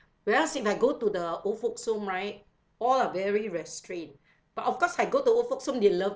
whereas if I go to the old folks' home right all are very restrained but of course I go to old folks' home they love